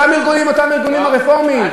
זה אותם ארגונים, אותם ארגונים רפורמיים.